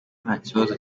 ntakibazo